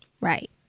Right